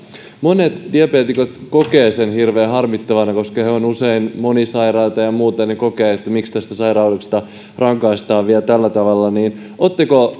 monet diabeetikot kokevat sen hirveän harmittavana koska he ovat usein monisairaita ja muuta he kokevat että miksi tästä sairaudesta rangaistaan vielä tällä tavalla oletteko